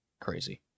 crazy